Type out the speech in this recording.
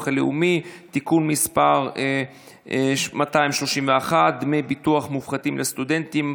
הלאומי (תיקון מס' 231) (דמי ביטוח מופחתים לסטודנטים),